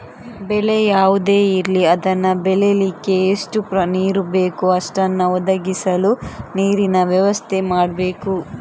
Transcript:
ಬೆಳೆ ಯಾವುದೇ ಇರ್ಲಿ ಅದನ್ನ ಬೆಳೀಲಿಕ್ಕೆ ಎಷ್ಟು ನೀರು ಬೇಕೋ ಅಷ್ಟನ್ನ ಒದಗಿಸಲು ನೀರಿನ ವ್ಯವಸ್ಥೆ ಮಾಡ್ಬೇಕು